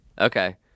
okay